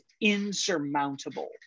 insurmountable